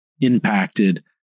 impacted